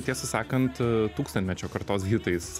tiesą sakant tūkstantmečio kartos hitais